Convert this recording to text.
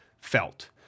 felt